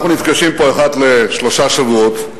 אנחנו נפגשים פה אחת לשלושה שבועות.